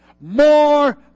More